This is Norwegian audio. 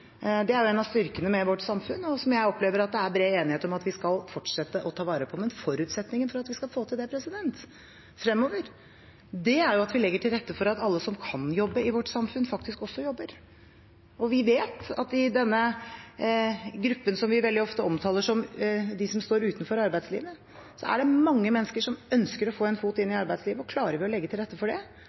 Det er en av styrkene med vårt samfunn, og som jeg opplever at det er bred enighet om at vi skal fortsette å ta vare på. Men forutsetningen for at vi skal få til det fremover, er at vi legger til rette for at alle som kan jobbe i vårt samfunn, faktisk også jobber. Vi vet at det i den gruppen vi ofte omtaler som de som står utenfor arbeidslivet, er mange mennesker som ønsker å få en fot inn i arbeidslivet. Klarer vi å legge til rette for det,